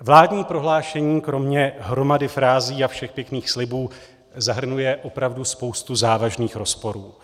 Vládní prohlášení, kromě hromady frází a všech pěkných slibů zahrnuje opravdu spoustu závažných rozporů.